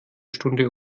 stunde